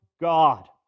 God